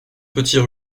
petits